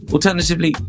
Alternatively